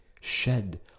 shed